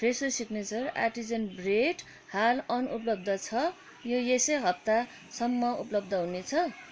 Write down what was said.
फ्रेसो signature artisan bread हाल अनुपलब्ध छ यो यसै हप्तासम्म उपलब्ध हुनेछ